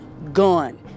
Gone